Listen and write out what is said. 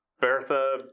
Bertha